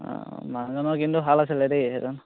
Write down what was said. অঁ মানুহজনো কিন্তু ভাল আছিলে দেই সেইজন